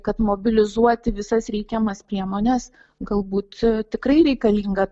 kad mobilizuoti visas reikiamas priemones galbūt tikrai reikalinga